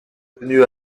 tenu